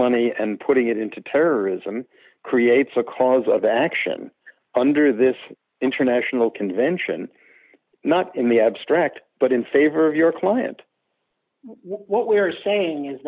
money and putting it into terrorism creates a cause of action under this international convention not in the abstract but in favor of your client what we are saying is